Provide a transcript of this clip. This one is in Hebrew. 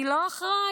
אני לא אחראי.